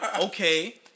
Okay